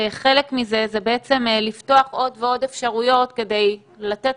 חלק מזה זה בעצם לפתוח עוד ועוד אפשרויות כדי לתת